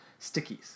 stickies